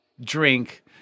drink